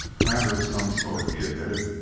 matter of some sort, he admitted,